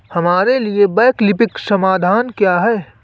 हमारे लिए वैकल्पिक समाधान क्या है?